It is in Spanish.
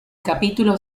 capítulo